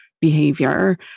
behavior